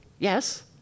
Yes